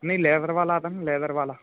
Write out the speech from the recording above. नहीं लैदर वाला आता ना लैदर वाला